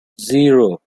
zero